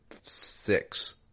six